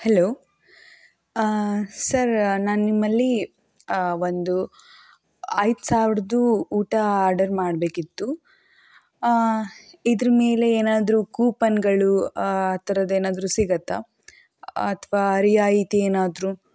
hello sir ನಾನು ನಿಮ್ಮಲ್ಲಿ ಒಂದು ಐದು ಸಾವ್ರದ್ದು ಊಟ ಆಡರ್ ಮಾಡಬೇಕಿತ್ತು ಇದ್ರಮೇಲೆ ಏನಾದ್ರೂ ಕೂಪನ್ಗಳು ಆ ಥರದ್ದೇನಾದ್ರೂ ಸಿಗುತ್ತಾ ಅಥ್ವಾ ರಿಯಾಯಿತಿ ಏನಾದರೂ